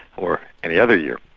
or any other year.